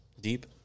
Deep